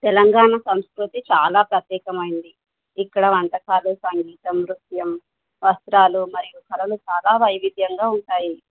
తెలంగాణ సంస్కృతి చాలా ప్రత్యేకమైంది ఇక్కడ వంటకాలు సంగీతం నృత్యం వస్త్రాలు మరియు కళలు చాలా వైవిధ్యంగా ఉంటాయి